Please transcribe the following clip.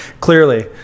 Clearly